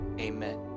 amen